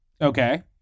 Okay